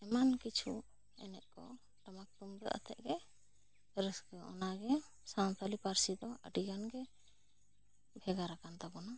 ᱮᱢᱟᱱ ᱠᱤᱪᱷᱩ ᱮᱱᱮᱡ ᱠᱚ ᱴᱟᱢᱟᱠ ᱛᱩᱢᱫᱟᱜ ᱟᱛᱮᱜ ᱜᱮ ᱨᱟᱹᱥᱠᱟᱹᱜᱼᱟ ᱚᱱᱟ ᱜᱮ ᱥᱟᱱᱛᱟᱲᱤ ᱯᱟᱹᱨᱥᱤ ᱫᱚ ᱟᱹᱰᱤ ᱜᱟᱱ ᱜᱮ ᱵᱷᱮᱜᱟᱨ ᱟᱠᱟᱱ ᱛᱟᱵᱚᱱᱟ ᱱᱟᱦᱟᱜ ᱡᱩᱜᱽ ᱨᱮ